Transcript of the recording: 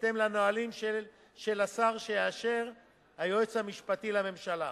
בהתאם לנהלים של השר שיאשר היועץ המשפטי לממשלה.